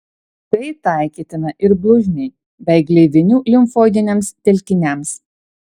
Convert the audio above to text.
tai taikytina ir blužniai bei gleivinių limfoidiniams telkiniams